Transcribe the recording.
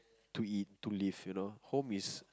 to eat to live you know home is